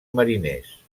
mariners